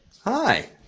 Hi